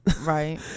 Right